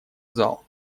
зал